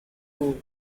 poor